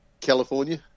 California